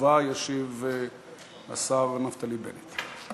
תשובה ישיב השר נפתלי בנט.